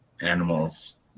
animals